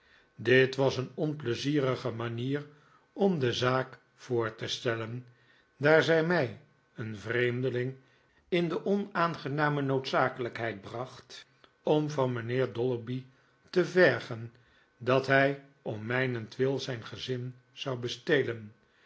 dit was een onpleizierige manier om de zaak voor te stellen daar zij mij een vreemdeling in ode onaangename noodzakelijkheid bracht om van mijnheer dolloby te vergen dat hij om mijnentwil zijn gezin zou bestelen